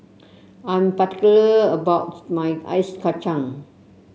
I'm particular about my Ice Kacang